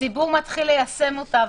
הציבור מתחיל ליישם אותה.